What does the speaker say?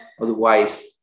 Otherwise